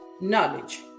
knowledge